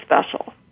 special